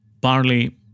barley